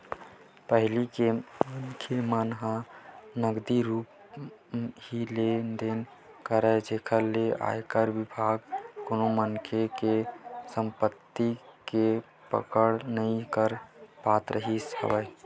पहिली मनखे मन ह नगदी रुप ही लेन देन करय जेखर ले आयकर बिभाग कोनो मनखे के संपति के पकड़ नइ कर पात रिहिस हवय